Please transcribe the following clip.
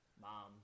Mom